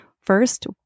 First